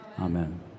Amen